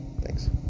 Thanks